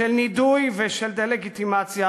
של נידוי ושל דה-לגיטימציה,